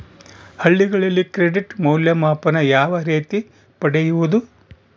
ಹಳ್ಳಿಗಳಲ್ಲಿ ಕ್ರೆಡಿಟ್ ಮೌಲ್ಯಮಾಪನ ಯಾವ ರೇತಿ ಪಡೆಯುವುದು?